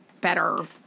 better